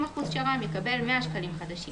100 שקלים חדשים